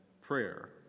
prayer